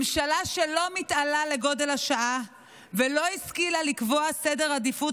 ממשלה שלא מתעלה לגודל השעה ולא השכילה לקבוע סדר עדיפות